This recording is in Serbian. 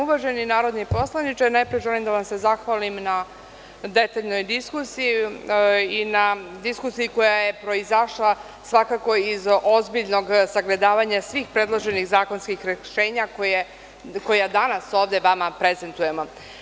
Uvaženi narodni poslaniče, najpre želim da vam se zahvalim na detaljnoj diskusiji i na diskusiji koja je proizašla svakako iz ozbiljnog sagledavanja svih predloženih zakonskih rešenja koja danas ovde vam prezentujemo.